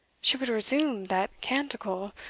she would resume that canticle,